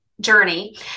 journey